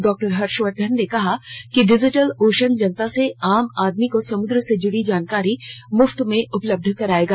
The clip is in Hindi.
डॉ हर्षवर्धन ने कहा कि डिजिटल ओशन जनता और आम आदमी को समुद्र से जुड़ी जानकारी मुफ्त में उपलब्ध कराएगा